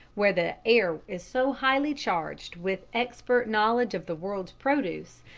where the air is so highly charged with expert knowledge of the world's produce,